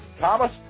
Thomas